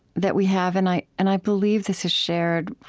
that we have. and i and i believe this is shared,